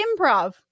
improv